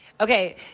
Okay